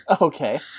Okay